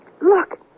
Look